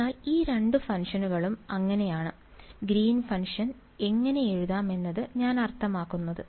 അതിനാൽ ഈ രണ്ട് ഫംഗ്ഷനുകളും അങ്ങനെയാണ് ഗ്രീൻ ഫംഗ്ഷൻ എങ്ങനെ എഴുതാം എന്നാണ് ഞാൻ അർത്ഥമാക്കുന്നത്